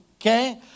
Okay